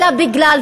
אלא בגלל,